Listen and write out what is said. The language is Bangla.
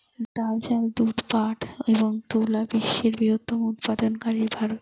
ডাল, চাল, দুধ, পাট এবং তুলা বিশ্বের বৃহত্তম উৎপাদনকারী ভারত